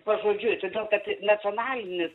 pažodžiui todėl kad nacionalinis